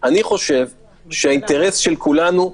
בעצם בא לידי ביטוי במה שיש בידינו כרגע?